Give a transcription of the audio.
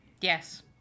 Yes